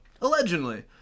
Allegedly